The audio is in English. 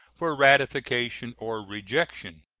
for ratification or rejection.